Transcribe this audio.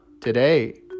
today